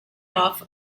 off